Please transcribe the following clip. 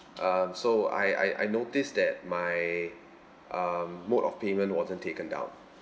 um so I I I noticed that my um mode of payment wasn't taken down